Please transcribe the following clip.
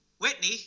Whitney